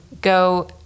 go